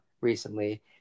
recently